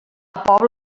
pobla